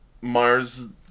Mars